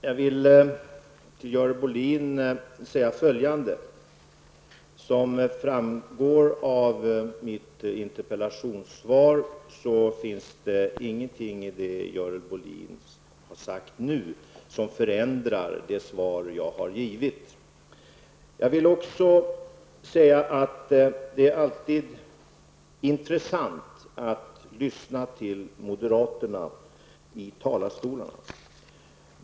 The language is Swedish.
Herr talman! Jag vill säga följande till Görel Bohlin. Inget av det Görel Bohlin nu har sagt förändrar det svar jag har givit, vilket framgår av mitt interpellationssvar. Det är alltid intressant att lyssna till moderaterna i talarstolen.